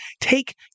take